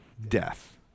death